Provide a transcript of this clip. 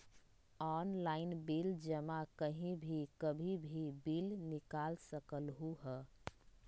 Online bill जमा कहीं भी कभी भी बिल निकाल सकलहु ह?